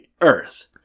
earth